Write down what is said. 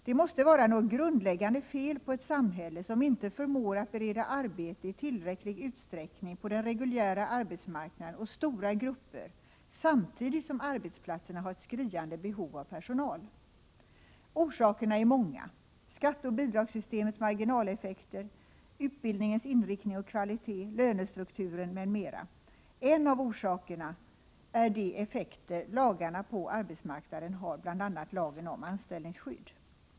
Det måste vara något grundläggande fel på ett samhälle som inte förmår att i tillräcklig utsträckning bereda arbete på den reguljära arbetsmarknaden åt stora grupper, samtidigt som arbetsplatserna har ett skriande behov av personal. Orsakerna är många: skatteoch bidragssystemets marginaleffekter, utbildningens inriktning och kvalitet, lönestrukturen m.m. En annan orsak är de effekter lagarna på arbetsmarknaden har, bl.a. lagen om anställningsskydd.